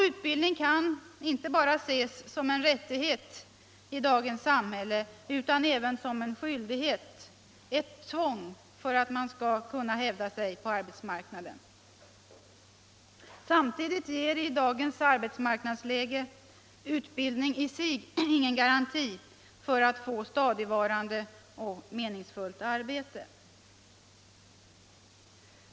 Utbildning kan ses inte bara som en rättighet i dagens samhälle utan även som en skyldighet, ett tvång för att man skall kunna hävda sig på arbetsmarknaden. Samtidigt ger i dagens arbetsmarknadsläge utbildning i sig ingen garanti för att få stadigvarande och meningsfullt arbete.